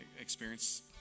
experience